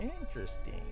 Interesting